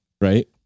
Right